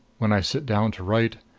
when i sit down to write,